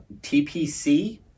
TPC